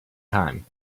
time